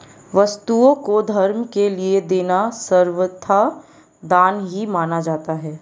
वस्तुओं को धर्म के लिये देना सर्वथा दान ही माना जाता है